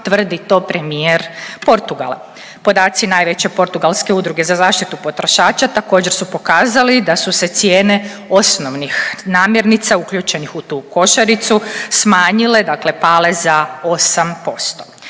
tvrdi to premijer Portugala. Podaci najveće portugalske udruge za zaštitu potrošača također, su pokazali da su se cijene osnovnih namirnica uključenih u tu košaricu smanjile dakle pale za 8%.